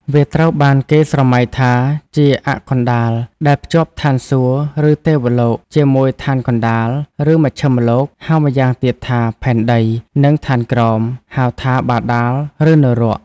វាត្រូវបានគេស្រមៃថាជា "អ័ក្សកណ្តាល" ដែលភ្ជាប់ឋានសួគ៌ ឬ ទេវលោក ជាមួយឋានកណ្តាល ឬ មជ្ឈិមលោក ហៅម៉្យាងទៀតថា ផែនដី និងឋានក្រោម ហៅថា បាតាល ឬនរក។